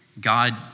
God